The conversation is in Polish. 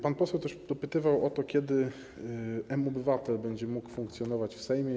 Pan poseł dopytywał też o to, kiedy mObywatel będzie mógł funkcjonować w Sejmie.